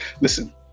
Listen